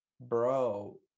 bro